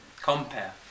compare